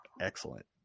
Excellent